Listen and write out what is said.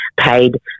paid